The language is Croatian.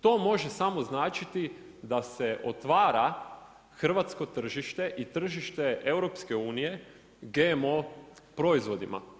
To može samo značiti da se otvara hrvatsko tržište i tržište EU, GMO proizvodima.